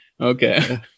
okay